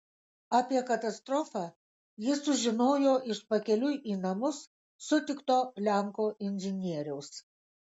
apie katastrofą jis sužinojo iš pakeliui į namus sutikto lenko inžinieriaus